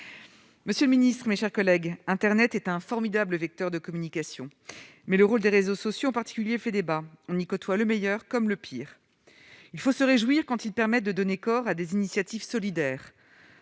Monsieur le secrétaire d'État, mes chers collègues, internet est un formidable vecteur de communication, mais le rôle des réseaux sociaux, en particulier, fait débat : on y côtoie le meilleur comme le pire. Il faut se réjouir quand ils permettent de donner corps à des initiatives solidaires